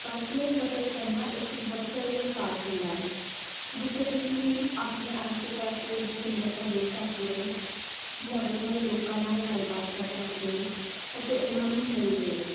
ਬੱਸ ਵਿੱਚ ਸਫਰ ਕਰਨਾ ਇੱਕ ਵੱਖਰਾ ਹੀ ਅਹਿਸਾਸ ਹੁੰਦਾ ਹੈ ਜਿੱਥੇ ਤੁਸੀਂ ਆਪਣੇ ਆਸੇ ਪਾਸੇ ਦੀ ਸੁੰਦਰਤਾ ਦੇਖ ਸਕਦੇ ਹੋ ਨਵੇਂ ਨਵੇਂ ਲੋਕਾਂ ਨਾਲ ਗੱਲਬਾਤ ਕਰ ਸਕਦੇ ਹੋ ਅਤੇ ਉਹਨਾਂ ਨੂੰ ਮਿਲਦੇ ਹੋ